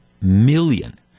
million